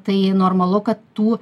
tai normalu kad tų